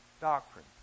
doctrine